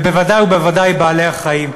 ובוודאי ובוודאי בעלי-החיים.